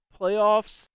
playoffs